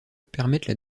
permettent